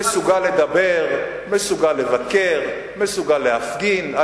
מסוגל לדבר, מסוגל לבקר, מסוגל להפגין.